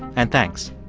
and thanks.